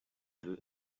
vœu